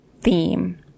theme